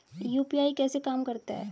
UPI कैसे काम करता है?